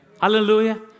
Hallelujah